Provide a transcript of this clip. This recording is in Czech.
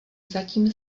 zatím